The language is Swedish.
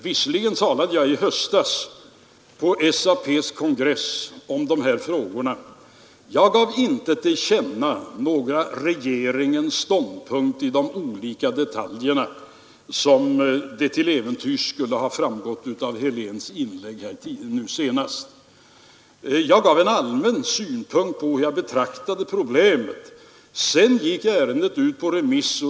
Jag talade i höstas på SAP:s kongress om dessa frågor. Jag gav inte till känna någon regeringens ståndpunkt i fråga om de olika detaljerna i en fondproposition om det till äventyrs skulle ha framgått något sådant av herr Heléns inlägg nu senast. Jag gav en allmän syn på hur jag betraktade problemet. Sedan gick ärendet ut på remiss.